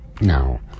Now